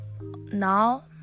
now